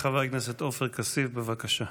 חבר הכנסת עופר כסיף, בבקשה.